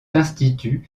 institut